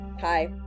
Hi